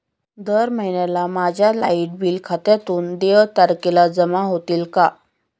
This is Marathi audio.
दर महिन्याला माझ्या लाइट बिल खात्यातून देय तारखेला जमा होतील का?